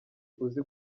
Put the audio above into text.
uzi